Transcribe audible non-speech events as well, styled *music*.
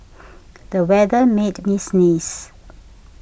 *noise* the weather made me sneeze